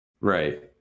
Right